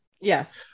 Yes